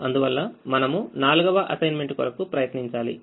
అందువల్ల మనం నాలుగవ అసైన్మెంట్ కొరకు ప్రయత్నించాలి